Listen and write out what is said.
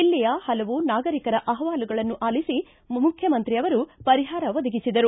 ಜಿಲ್ಲೆಯ ಪಲವು ನಾಗರೀಕರ ಅಹವಾಲುಗಳನ್ನು ಆಲಿಸಿ ಮುಖ್ಯಮಂತ್ರಿಯವರು ಪರಿಹಾರ ಒದಗಿಸಿದರು